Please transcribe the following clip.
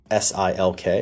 SILK